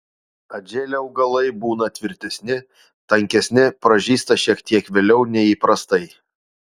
atžėlę augalai būna tvirtesni tankesni pražysta šiek tiek vėliau nei įprastai